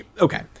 Okay